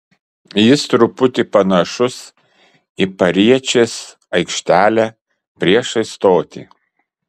jis truputį panašus į pariečės aikštelę priešais stotį